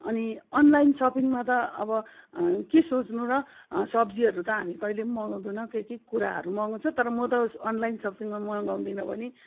अनि अनलाइन सपिङमा त अब के सोच्नु र सब्जीहरू त हामी कहिले पनि मगाउँदैन केही केही कुराहरू मगाउँछु तर म त अनलाइन सपिङमा मगाउँदिन पनि